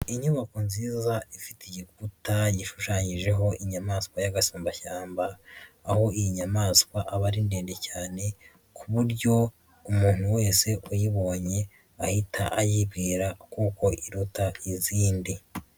Inyubako nziza ifite igikuta gishushanyijeho inyamaswa y'agasumbashyamba aho iyi nyamaswa aba ari ndende cyane ku buryo umuntu wese uyibonye ahita ayibwira kuko iruta izindi.